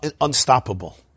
unstoppable